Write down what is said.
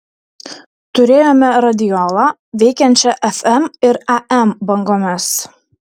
turėjome radiolą veikiančią fm ir am bangomis